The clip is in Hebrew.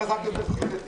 הישיבה ננעלה בשעה 13:20.